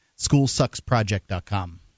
Schoolsucksproject.com